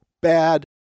bad